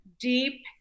deep